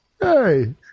Hey